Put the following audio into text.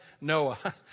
Noah